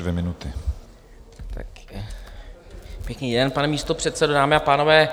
Pěkný den, pane místopředsedo, dámy a pánové.